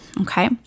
okay